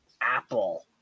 Apple